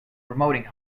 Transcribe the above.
promoting